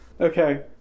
Okay